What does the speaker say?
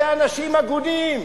אלה אנשים הגונים.